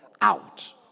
out